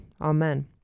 Amen